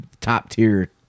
top-tier